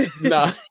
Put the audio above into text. no